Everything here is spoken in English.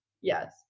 yes